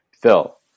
Phil